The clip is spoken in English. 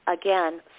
again